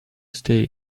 stay